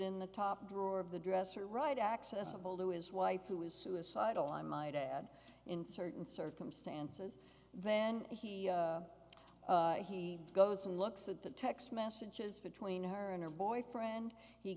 in the top drawer of the dresser right accessible to his wife who was suicidal i might add in certain circumstances then he goes and looks at the text messages between her and her boyfriend he